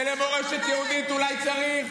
ולמורשת יהודית אולי צריך,